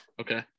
Okay